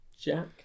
Jack